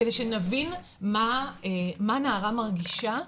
כדי שנבין מה נערה מרגישה,